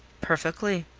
perfectly.